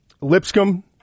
Lipscomb